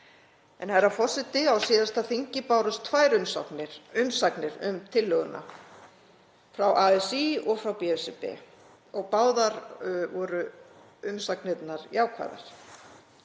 Herra forseti. Á síðasta þingi bárust tvær umsagnir um tillöguna, frá ASÍ og frá BSRB, og báðar voru umsagnirnar jákvæðar.